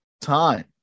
time